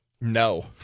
No